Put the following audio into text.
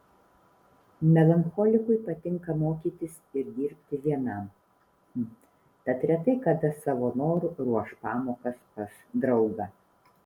melancholikui patinka mokytis ir dirbti vienam tad retai kada savo noru ruoš pamokas pas draugą